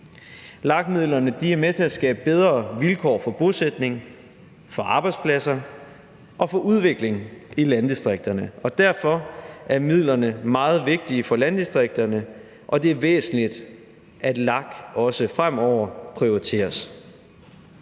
LAG-midlerne er med til at skabe bedre vilkår for bosætning, for arbejdspladser og for udvikling i landdistrikterne, og derfor er midlerne meget vigtige for landdistrikterne, og det er væsentligt, at LAG også fremover prioriteres.